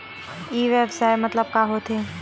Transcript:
ई व्यवसाय मतलब का होथे?